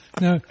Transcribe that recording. Now